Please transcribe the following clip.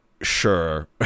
Sure